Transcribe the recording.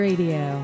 Radio